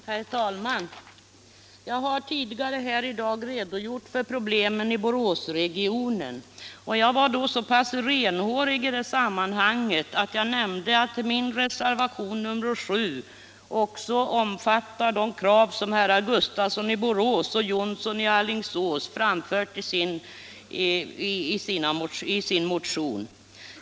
Herr talman! Jag har tidigare i dag redogjort för problemen i Boråsregionen. Jag var så pass renhårig att jag nämnde att min reservation nr 7 också omfattar de krav som herrar Gustafsson i Borås och Jonsson i Alingsås framfört i sin motion.